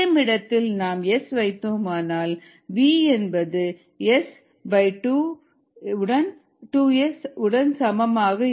Km இடத்தில் நாம் S வைத்தோமானால் v S2S உடன் சமமாக இருக்கும் இதனால் Vm2